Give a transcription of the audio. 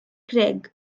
craig